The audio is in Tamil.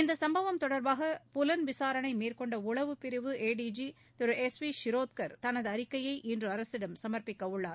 இந்த சும்பவம் தொடர்பாக புலன் விசாரணை மேற்கொண்ட உளவுப் பிரிவு ஏடிஜி திரு எஸ் பிரி ஷிரோட்கர் தனது அறிக்கையை இன்று அரசிடம் சமர்ப்பிக்கவுள்ளார்